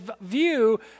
view